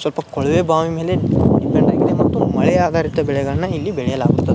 ಸ್ವಲ್ಪ ಕೊಳವೆ ಬಾವಿ ಮೇಲೆ ಡಿಪೆಂಡ್ ಆಗಿದೆ ಮತ್ತು ಮಳೆಯಾಧಾರಿತ ಬೆಳೆಗಳನ್ನ ಇಲ್ಲಿ ಬೆಳೆಯಲಾಗುತ್ತದೆ